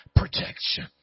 protection